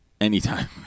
Anytime